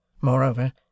Moreover